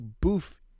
boof